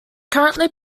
currently